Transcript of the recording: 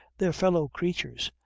their fellow-creatures,